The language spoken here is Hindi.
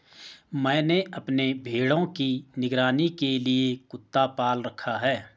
मैंने अपने भेड़ों की निगरानी के लिए कुत्ता पाल रखा है